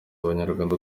abanyarwanda